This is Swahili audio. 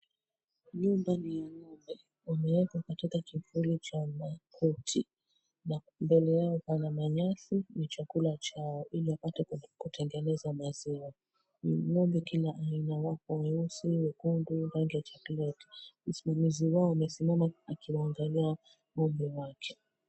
Nyumba ni ya ng'ombe, wamewekwa katika kivuli cha makuti, na mbele yao pana manyasi, ni chakula chao ili wapate kutengeneza maziwa. Ni ng'ombe kila aina, wako weusi, wekundu, rangi ya chokoleti. Msimamizi wao amesiamama akiwaangalia ng'ombe wake.